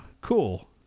cool